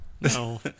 No